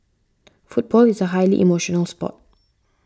football is a highly emotional sport